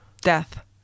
death